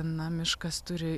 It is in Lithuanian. na miškas turi